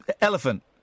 Elephant